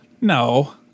No